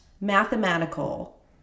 mathematical